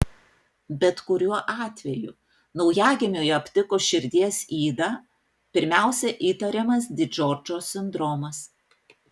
bet kuriuo atveju naujagimiui aptikus širdies ydą pirmiausia įtariamas di džordžo sindromas